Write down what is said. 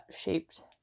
shaped